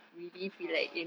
uh